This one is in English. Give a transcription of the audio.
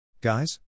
Guys